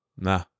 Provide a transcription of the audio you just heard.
Nah